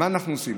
מה אנחנו עושים?